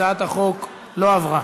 הצעת החוק לא עברה.